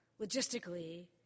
logistically